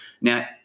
Now